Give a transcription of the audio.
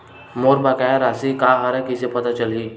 मोर बकाया राशि का हरय कइसे पता चलहि?